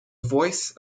voice